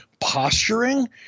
posturing